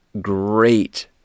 great